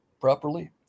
properly